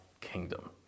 kingdom